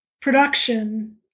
production